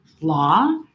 law